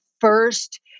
first